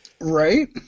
Right